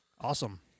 Awesome